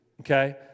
okay